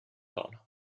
dona